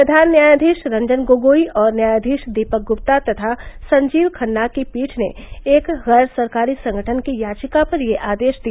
प्रधान न्यायाधीश रंजन गोगोई और न्यायाधीश दीपक गुप्ता तथा संजीव खन्ना की पीठ ने एक गैर सरकारी संगठन की याचिका पर यह आदेश दिया